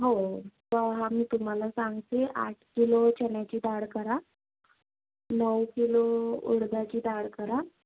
हो पहा मी तुम्हाला सांगते आठ किलो चण्याची डाळ करा नऊ किलो उडदाची डाळ करा